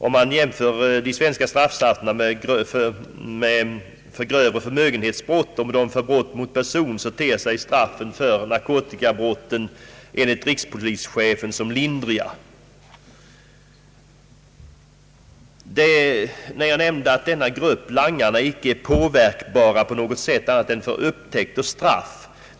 Om man vidare jämför med de svenska straffsatserna för grövre förmögenhetsbrott och med dem för brott mot person, ter sig straffen för de grova narkotikabrotten som lindriga.» Jag nämnde att gruppen langare icke påverkas av annat än risken för upptäckt och för straff.